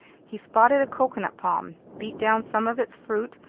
he spotted a coconut palm, beat down some of its fruit,